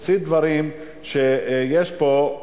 הוא הוציא דברים שיש פה,